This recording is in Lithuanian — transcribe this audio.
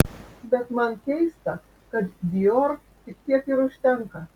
bet man keista kad dior tik tiek ir užtenka